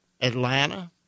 Atlanta